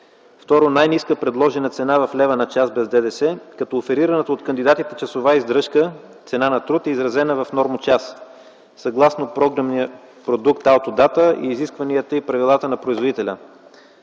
Второ, най-ниска предложена цена в лева на час без ДДС като оферираната от кандидатите часова издръжка – цена на труд, изразена в нормочаса, съгласно програмния продукт „Алфодата”, изискванията и правилата на производителя.